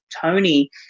Tony